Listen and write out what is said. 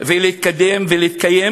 ולהתקדם ולהתקיים?